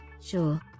Sure